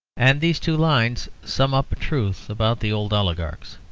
and these two lines sum up a truth about the old oligarchs.